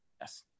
yes